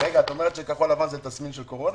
רגע, את אומרת שכחול לבן זה תסמין של קורונה?